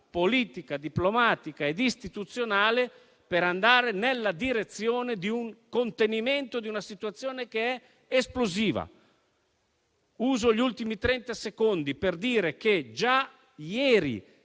politica, diplomatica ed istituzionale per andare nella direzione del contenimento di una situazione che è esplosiva. Utilizzo gli ultimi trenta secondi per dire che già ieri